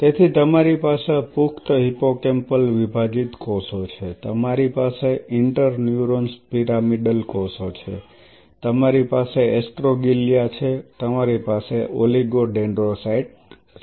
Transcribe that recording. તેથી તમારી પાસે પુખ્ત હિપ્પોકેમ્પલ વિભાજીત કોષો છે તમારી પાસે ઇન્ટરર્ન્યુરોન્સ પિરામિડલ કોષો છે તમારી પાસે એસ્ટ્રોગ્લિયા છે તમારી પાસે ઓલિગોડેન્ડ્રોસાઇટ છે